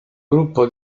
gruppo